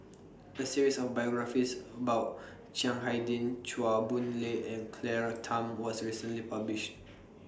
A series of biographies about Chiang Hai Ding Chua Boon Lay and Claire Tham was recently published